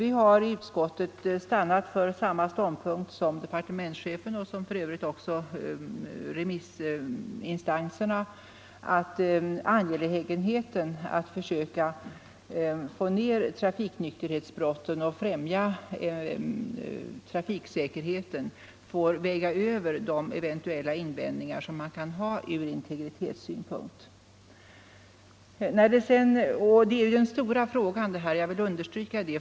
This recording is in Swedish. Vi har i utskottet stannat för samma ståndpunkt som departementschefen, och för övrigt också remissinstanserna, nämligen att det angelägna i att få ner antalet trafikonykterhetsbrott och främja trafiksäkerheten får väga tyngre än de eventuella invändningar man kan ha från integritetssynpunkt. Detta är den stora frågan i sammanhanget.